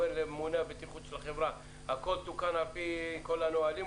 אומר לממונה הבטיחות של החברה - הכול תוקן על פי כל הנהלים,